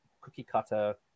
cookie-cutter